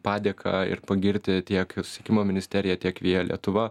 padėką ir pagirti tiek ir susisiekimo ministeriją tiek via lietuva